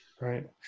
Right